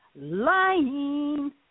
lying